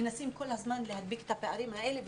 מנסים כל הזמן להדביק את הפערים האלה,